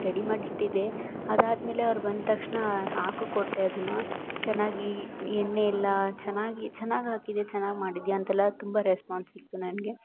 ready ಮಾಡಿಟ್ಟಿದ್ದೆ ಅದಾದ ಮೇಲೆ ಅವ್ರು ಬಂದ ತಕ್ಷಣ ಹಾಕು ಕೊಟ್ಟೆ ಅದನ್ನ ಚೆನ್ನಾಗಿ ಎಣ್ಣೆಯೆಲ್ಲಾ ಚೆನ್ನಾಗಿ ಚೆನ್ನಾಗಿ ಹಾಕಿದ್ದೀಯ ಚೆನ್ನಾಗಿ ಮಾಡಿದಿಯ ಅಂತೆಲ್ಲ ತುಂಬ ರೆಸ್ಪಾನ್ಸ್ ಸಿಕ್ತು ನನಗೆ